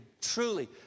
truly